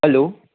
hello